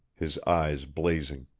his eyes blazing.